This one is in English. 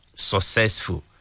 successful